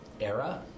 Era